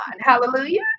Hallelujah